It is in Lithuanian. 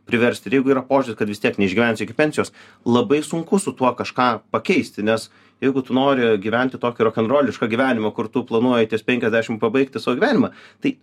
priversti ir jeigu yra požiūris kad vis tiek neišgyvensiu iki pensijos labai sunku su tuo kažką pakeisti nes jeigu tu nori gyventi tokį rokenrolišką gyvenimą kur tu planuoji ties penkiasdešimt pabaigti savo gyvenimą tai